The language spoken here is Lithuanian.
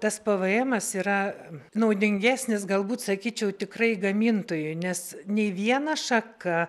tas p v emas yra naudingesnis galbūt sakyčiau tikrai gamintojui nes nei viena šaka